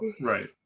Right